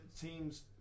teams